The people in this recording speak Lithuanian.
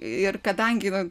ir kadangi va